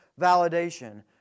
validation